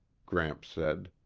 gramps said.